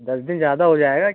दस दिन ज़्यादा हो जाएगा